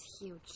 huge